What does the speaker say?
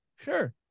sure